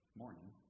morning